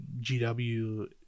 GW